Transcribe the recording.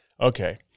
Okay